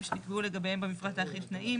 שנקבעו לגביהם במפרט האחיד תנאים,